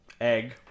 Egg